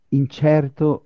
incerto